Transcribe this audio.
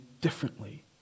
differently